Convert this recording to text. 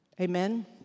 Amen